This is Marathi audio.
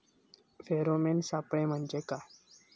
फेरोमेन सापळे म्हंजे काय?